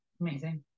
Amazing